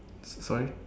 s~ sorry